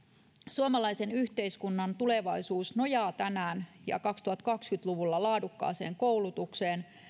suomalaisen yhteiskunnan tulevaisuus nojaa tänään ja kaksituhattakaksikymmentä luvulla laadukkaaseen koulutukseen